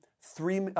three